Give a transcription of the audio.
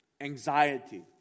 Anxiety